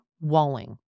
Walling